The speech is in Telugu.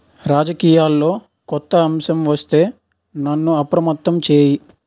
రాజకీయాల్లో కొత్త అంశం వస్తే నన్ను అప్రమత్తం చేయి